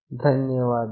ಧನ್ಯವಾದಗಳು